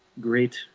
great